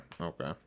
okay